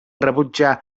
rebutjar